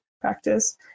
practice